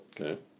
Okay